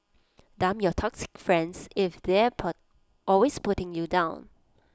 dump your toxic friends if they're always putting you down